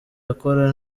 akora